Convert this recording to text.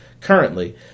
currently